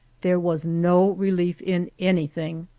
there was no relief in anything.